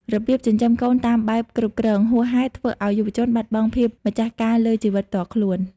របៀបចិញ្ចឹមកូនតាមបែប "គ្រប់គ្រង" ហួសហេតុ ធ្វើឱ្យយុវជនបាត់បង់ភាពម្ចាស់ការលើជីវិតផ្ទាល់ខ្លួន។